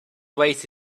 vase